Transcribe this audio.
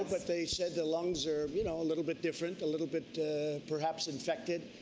but they said the lungs are you know a little bit different, a little bit perhaps infected,